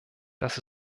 das